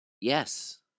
Yes